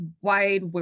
wide